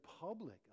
public